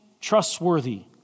trustworthy